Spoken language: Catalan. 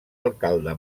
alcalde